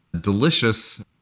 delicious